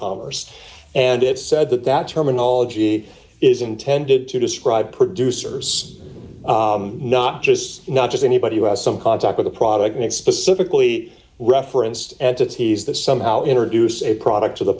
commerce and it said that that terminology is intended to describe producers not just not just anybody who has some contact with a product mix specifically referenced entities that somehow introduce a product to the